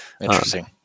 Interesting